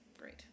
Great